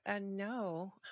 no